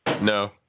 No